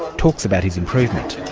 talks about his improvement.